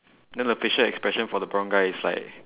then the facial expression for the brown guy is like